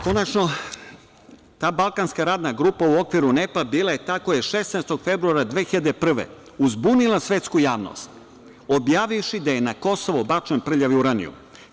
Konačno, ta Balkanska radna grupa u okviru UNEP-a bila je ta koja je 16. februara 2001. godine uzbunila svetsku javnost objavivši da je na Kosovo bačen prljavi uranijum.